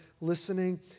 listening